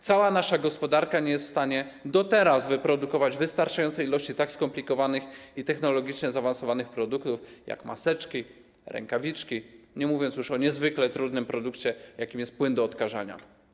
Cała nasza gospodarka nie jest w stanie do teraz wyprodukować wystarczającej liczby tak skomplikowanych i technologicznie zaawansowanych produktów jak maseczki, rękawiczki, nie mówiąc już o niezwykle trudnym do wyprodukowania płynie do odkażania.